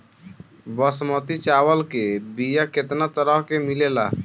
बासमती चावल के बीया केतना तरह के मिलेला?